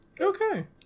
Okay